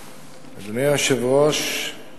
אדוני היושב-ראש,